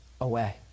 away